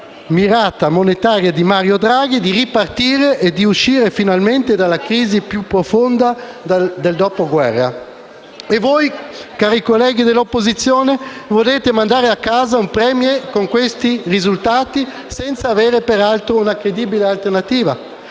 Voi, cari colleghi dell'opposizione, volete mandare a casa un *Premier* con questi risultati senza aver peraltro una credibile alternativa?